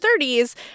30s